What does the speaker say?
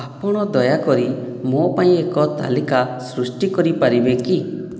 ଆପଣ ଦୟାକରି ମୋ ପାଇଁ ଏକ ତାଲିକା ସୃଷ୍ଟି କରିପାରିବେ କି